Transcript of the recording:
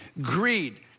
Greed